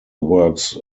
works